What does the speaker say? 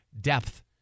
Depth